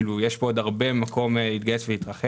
יש כאן עוד הרבה מקום להתגייס ולהתרחב.